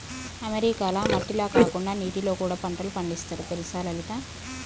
అమెరికాల మట్టిల కాకుండా నీటిలో కూడా పంటలు పండిస్తారు తెలుసా లలిత